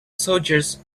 soldiers